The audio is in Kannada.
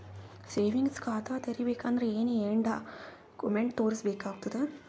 ಸೇವಿಂಗ್ಸ್ ಖಾತಾ ತೇರಿಬೇಕಂದರ ಏನ್ ಏನ್ಡಾ ಕೊಮೆಂಟ ತೋರಿಸ ಬೇಕಾತದ?